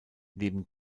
neben